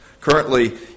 Currently